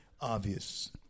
obvious